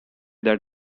that